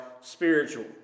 spiritual